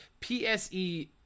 PSE